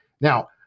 Now